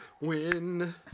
win